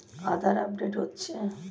আধার update হচ্ছে?